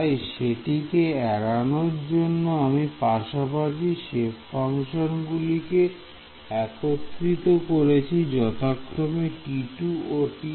তাই সেটাকে এড়ানোর জন্য আমি পাশাপাশি সেপ ফাংশন গুলিকে একত্রিত করেছি যথাক্রমে T2 ও T3